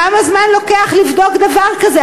כמה זמן לוקח לבדוק דבר כזה?